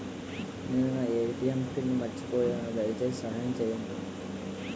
నేను నా ATM PIN మర్చిపోయాను, దయచేసి సహాయం చేయండి